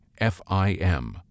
FIM